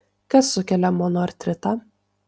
kas sukelia monoartritą